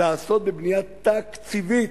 לעשות בבנייה תקציבית,